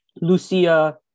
Lucia